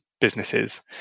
businesses